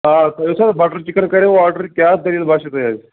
آ تۄہہِ یُس سۄ بَٹَر چِکَن کَرو آرڈَر کیٛاہ دٔلیٖل باسیٚو تۄہہِ حظ